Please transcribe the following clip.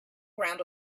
ground